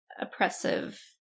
oppressive